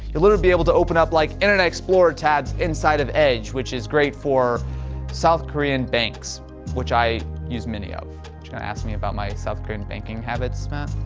it literally be able to open up like internet explorer tab inside of edge which is great for south korean banks which i use many of. try to ask me about my south korean banking habits, matt.